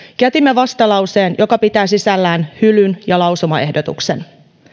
jätimme vastalauseen joka pitää sisällään hylyn ja lausumaehdotuksen